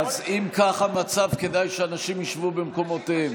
אז אם כך המצב, כדאי שאנשים ישבו במקומותיהם.